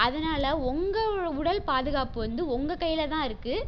அதனால் உங்கள் உடல் பாதுகாப்பு வந்து உங்கள் கையில் தான் இருக்குது